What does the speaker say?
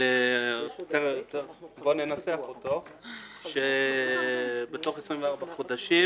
בואו ננסח אותו שבתוך 24 חודשים